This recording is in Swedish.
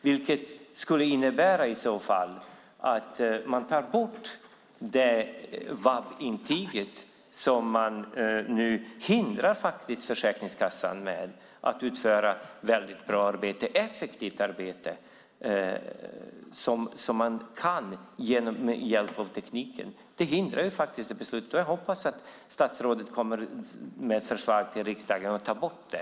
Det innebär i så fall att man tar bort det VAB-intyg som nu hindrar Försäkringskassan från att via tekniken utföra ett bra och effektivt arbete. Jag hoppas att statsrådet kommer med förslag till riksdagen om att ta bort det.